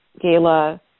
Gala